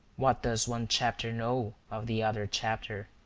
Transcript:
what does one chapter know of the other chapter?